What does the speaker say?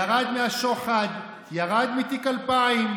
ירד מהשוחד, ירד מתיק 2000,